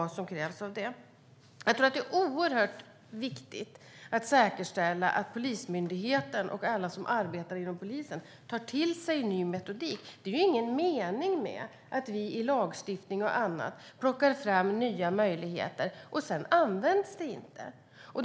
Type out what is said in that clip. Det är oerhört viktigt att säkerställa att Polismyndigheten och alla som arbetar inom polisen tar till sig ny metodik. Det är ingen mening med att vi genom lagstiftning och annat plockar fram nya möjligheter om de sedan inte används.